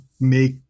make